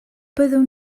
byddwn